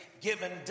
given